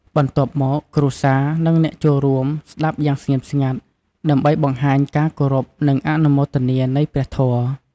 បន្ទាប់មក គ្រួសារ និងអ្នកចូលរួមស្តាប់យ៉ាងស្ងៀមស្ងាត់ ដើម្បីបង្ហាញការគោរពនិងអនុមោទនានៃព្រះធម៌។